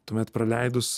tuomet praleidus